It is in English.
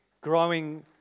growing